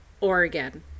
Oregon